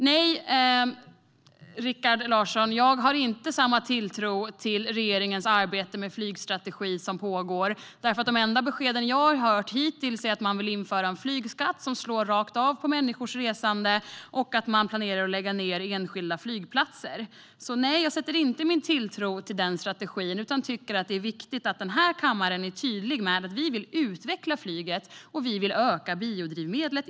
Nej, Rikard Larsson, jag har inte samma tilltro till regeringens pågående arbete med flygstrategi, för de enda besked jag har hört hittills är att man vill införa en flygskatt som slår rakt av på människors resande och att man planerar att lägga ned enskilda flygplatser. Så nej, jag sätter inte min tilltro till den strategin utan tycker att det är viktigt att den här kammaren är tydlig med att vi vill utveckla flyget och öka biodrivmedlen.